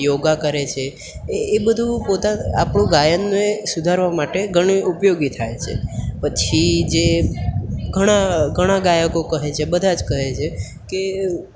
યોગા કરે છે એ એ બધું પોતા આપણું ગાયનને સુધારવા માટે ઘણું ઉપયોગી થાય છે પછી જે ઘણા ઘણા ગાયકો કહે છે બધા જ કહે છે કે